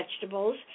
vegetables